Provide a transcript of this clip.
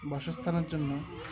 বাসস্থানের জন্য